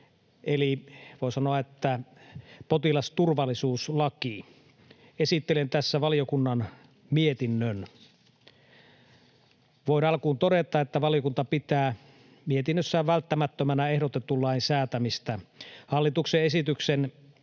eli voi sanoa, että potilasturvallisuuslaki. Esittelen tässä valiokunnan mietinnön. Voin alkuun todeta, että mietinnössään valiokunta pitää ehdotetun lain säätämistä välttämättömänä. Hallituksen